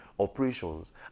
Operations